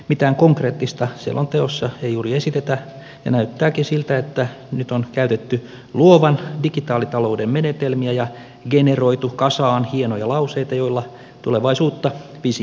mitään konkreettista selonteossa ei juuri esitetä ja näyttääkin siltä että nyt on käytetty luovan digitaalitalouden menetelmiä ja generoitu kasaan hienoja lauseita joilla tulevaisuutta visioidaan